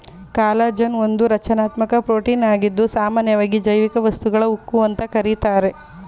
collagen ಒಂದು ರಚನಾತ್ಮಕ ಪ್ರೋಟೀನಾಗಿದ್ದು ಸಾಮನ್ಯವಾಗಿ ಜೈವಿಕ ವಸ್ತುಗಳ ಉಕ್ಕು ಅಂತ ಕರೀತಾರೆ